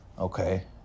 okay